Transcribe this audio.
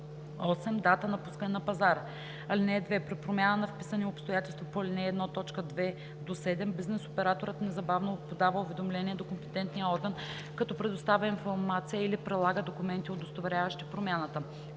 8. дата на пускане на пазара. (2) При промяна на вписани обстоятелства по ал. 1, т. 2 – 7 бизнес операторът незабавно подава уведомление до компетентния орган, като предоставя информация или прилага документи, удостоверяващи промяната.